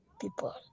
people